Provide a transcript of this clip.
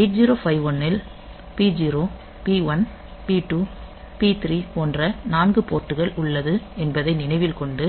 8051 ல் P0 P1 P2 P3 போன்ற 4 port கள் உள்ளது என்பதை நினைவில் கொண்டு